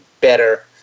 better